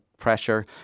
pressure